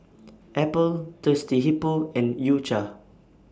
Apple Thirsty Hippo and U Cha